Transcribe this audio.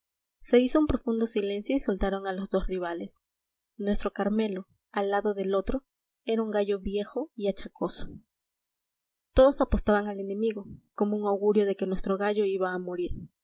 se hizo un profundo silencio y soltaron a los dos rivales nuestro carmelo al lado del otro era un gallo viejo y achacoso todos apostaban al enemigo como augurio de que nuestro gallo iba a morir